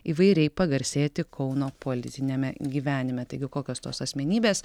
įvairiai pagarsėti kauno politiniame gyvenime taigi kokios tos asmenybės